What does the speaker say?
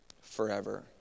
forever